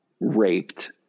raped